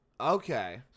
Okay